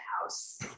house